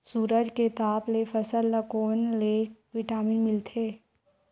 सूरज के ताप ले फसल ल कोन ले विटामिन मिल थे?